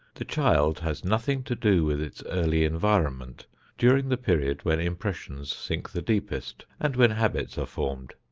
the child has nothing to do with its early environment during the period when impressions sink the deepest and when habits are formed.